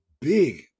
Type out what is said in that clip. big